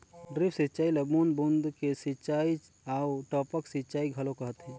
drip सिंचई ल बूंद बूंद के सिंचई आऊ टपक सिंचई घलो कहथे